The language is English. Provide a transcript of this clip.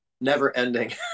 never-ending